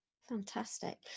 fantastic